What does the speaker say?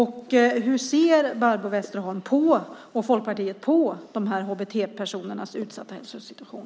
Hur ser Barbro Westerholm och Folkpartiet på HBT-personernas utsatta hälsosituation?